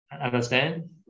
Understand